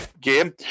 game